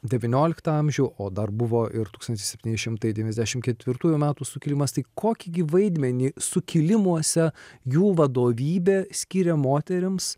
devynioliktą amžių o dar buvo ir tūkstantis septyni šimtai devyniasdešimt ketvirtųjų metų sukilimas tai kokį gi vaidmenį sukilimuose jų vadovybė skyrė moterims